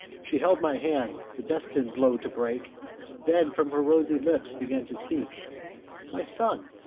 she held my hand, the destin'd blow to break then from her rosy lips began to speak my son,